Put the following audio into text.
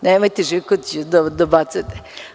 Nemojte Živkoviću da dobacujete.